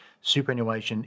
superannuation